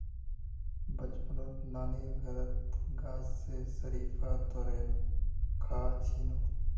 बचपनत नानीर घरत गाछ स शरीफा तोड़े खा छिनु